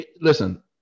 Listen